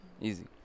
Easy